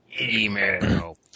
Email